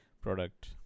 product